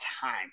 time